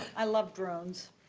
i love drones.